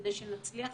כדי שנצליח